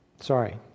Sorry